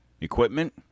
equipment